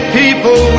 people